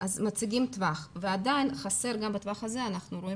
מציגים טווח ועדיין חסר גם בטווח הזה עוד